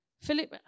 Philip